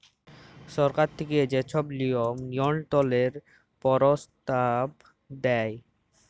সরকার থ্যাইকে যে ছব লিয়ম লিয়ল্ত্রলের পরস্তাব দেয়